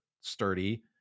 Sturdy